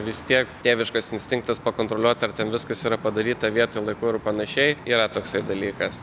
vis tiek tėviškas instinktas pakontroliuot ar ten viskas yra padaryta vietoj laiku ir panašiai yra toksai dalykas